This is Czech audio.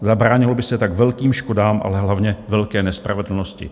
Zabránilo by se tak velkým škodám, ale hlavně velké nespravedlnosti.